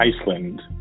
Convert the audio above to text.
Iceland